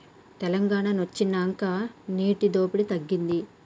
తెలంగాణ వొచ్చినాక నీటి దోపిడి తగ్గింది